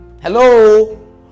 Hello